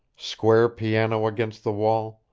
square piano against the wall.